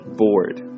bored